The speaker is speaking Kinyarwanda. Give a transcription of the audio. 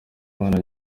imana